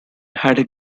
had